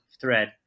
thread